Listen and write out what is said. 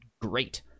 great